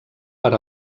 per